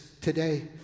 today